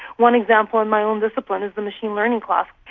one example in my own discipline is the machine learning class.